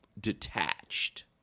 detached